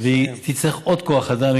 והיא תצטרך עוד כוח אדם,